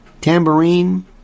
tambourine